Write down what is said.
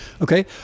Okay